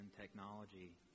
technology